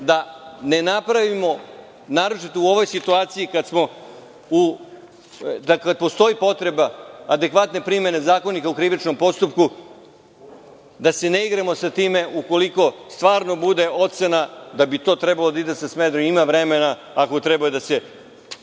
da ne napravimo, naročito u ovoj situaciji kada postoji potreba adekvatne primene Zakonika o krivičnom postupku, da se ne igramo sa time, ukoliko stvarno bude ocena da bi to trebalo da ide sa Smederevom. Ima vremena, ako treba da se